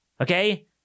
Okay